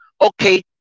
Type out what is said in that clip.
Okay